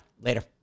Later